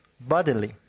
bodily